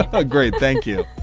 a great. thank you.